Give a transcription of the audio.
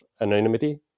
anonymity